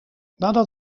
nadat